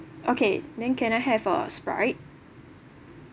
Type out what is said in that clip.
okay then can I have a sprite